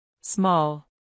Small